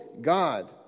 God